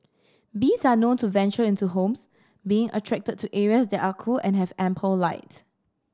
bees are known to venture into homes being attracted to areas that are cool and have ample light